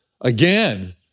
again